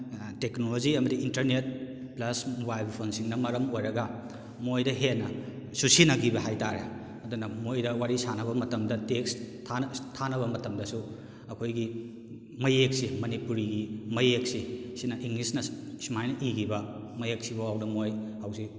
technology ꯑꯃꯗꯤ internet plus mobile ꯐꯣꯟꯁꯤꯡꯅ ꯃꯔꯝ ꯑꯣꯏꯔꯒ ꯃꯣꯏꯗ ꯍꯦꯟꯅ ꯁꯨ ꯆꯨꯁꯤꯟꯅꯈꯤꯕ ꯍꯥꯏꯇꯥꯔꯦ ꯑꯗꯨꯅ ꯃꯣꯏꯗ ꯋꯥꯔꯤ ꯁꯥꯟꯅꯕ ꯃꯇꯝꯗ ꯇꯦꯛꯁ ꯊꯥꯅꯕ ꯃꯇꯝꯗꯁꯨ ꯑꯩꯈꯣꯏꯒꯤ ꯃꯌꯦꯛꯁꯦ ꯃꯅꯤꯄꯨꯔꯤꯒꯤ ꯃꯌꯦꯛꯁꯦ ꯁꯤꯅ ꯏꯪꯂꯤꯁꯅ ꯁꯨꯃꯥꯏꯅ ꯏꯈꯤꯕ ꯃꯌꯦꯛꯁꯤ ꯐꯥꯎꯗ ꯃꯣꯏ ꯍꯧꯖꯤꯛ